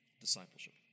discipleship